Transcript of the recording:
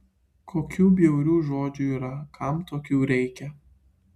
kokių bjaurių žodžių yra kam tokių reikia